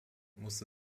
musste